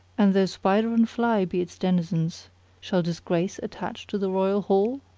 and though spider and fly be its denizens shall disgrace attach to the royal hall?